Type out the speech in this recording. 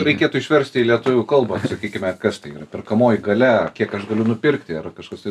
reikėtų išversti į lietuvių kalbą sakykime kas tai yra perkamoji galia kiek aš galiu nupirkti ar kažkas